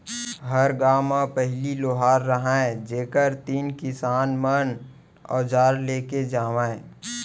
हर गॉंव म पहिली लोहार रहयँ जेकर तीन किसान मन अवजार लेके जावयँ